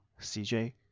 CJ